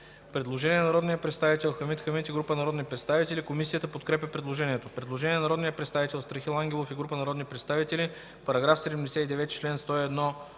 предложение на народния представител Хамид Хамид и група народни представители. Комисията подкрепя предложението. Предложение на народния представител Страхил Ангелов и група народни представители: „В § 86, относно